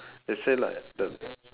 they say like the